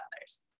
others